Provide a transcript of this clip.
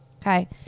Okay